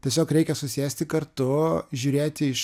tiesiog reikia susėsti kartu žiūrėti iš